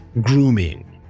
grooming